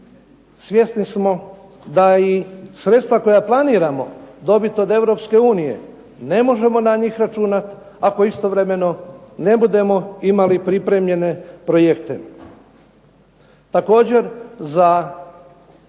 Svjesni smo da i sredstva koja planiramo dobiti od Europske unije, ne možemo na njih računati ako istovremeno ne budemo imali pripremljene projekte.